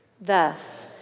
Thus